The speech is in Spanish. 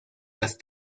las